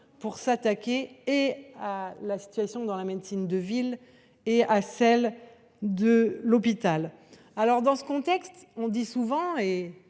pour s’attaquer tant à la situation de la médecine de ville qu’à celle de l’hôpital. Dans ce contexte, on dit souvent